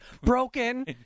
broken